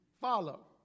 follow